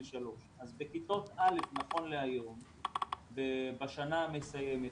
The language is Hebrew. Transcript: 3. בכיתות א' נכון להיום בשנה המסיימת,